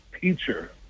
teacher